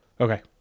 Okay